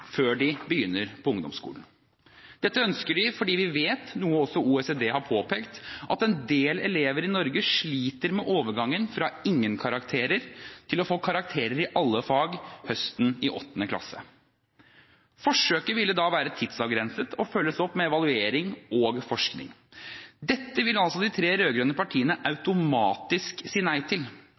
før de begynner på ungdomsskolen. Dette ønsker vi fordi vi vet – noe også OECD har påpekt – at en del elever i Norge sliter med overgangen fra ingen karakterer til å få karakterer i alle fag om høsten i 8. klasse. Forsøket ville være tidsavgrenset og følges opp med evaluering og forskning. Dette vil altså de tre rød-grønne partiene automatisk si nei til.